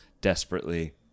desperately